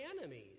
enemies